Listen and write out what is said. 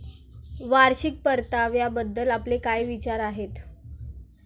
वार्षिक परताव्याबद्दल आपले काय विचार आहेत?